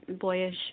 boyish